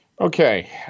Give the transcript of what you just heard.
Okay